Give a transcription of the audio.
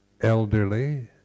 elderly